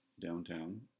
downtown